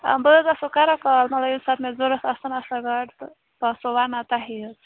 آ بہٕ حظ آسَو کران کال مطلب ییٚمہِ ساتہٕ مےٚ ضروٗرت آسان آسَن گاڑٕ تہٕ بہٕ آسٮ۪و وَنان تۄہی حظ